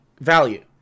value